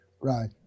Right